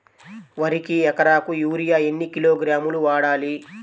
వరికి ఎకరాకు యూరియా ఎన్ని కిలోగ్రాములు వాడాలి?